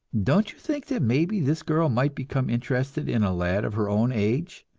don't you think that maybe this girl might become interested in a lad of her own age,